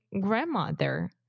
grandmother